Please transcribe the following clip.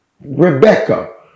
Rebecca